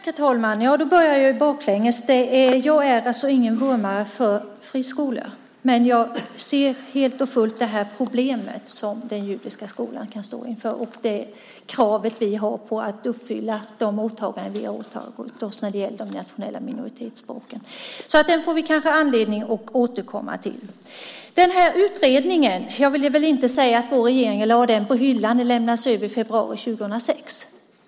Herr talman! Jag börjar bakifrån. Jag är alltså ingen vurmare för friskolor, men jag ser det problem som den judiska skolan kan stå inför och det krav vi har på att uppfylla våra åtaganden när det gäller de nationella minoritetsspråken. Det får vi kanske anledning att återkomma till. Jag vill väl inte säga att vår regering lade utredningen på hyllan. Den överlämnades i februari 2006.